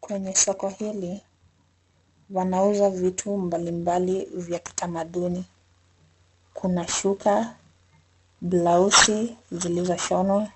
Kwenye soko hili wanauza vitu mbalimbali za kitamaduni .Kuna shuka, blausi zilizoshonwa